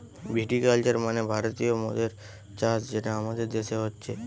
ভিটি culture মানে ভারতীয় মদের চাষ যেটা আমাদের দেশে হচ্ছে